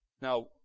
Now